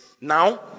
Now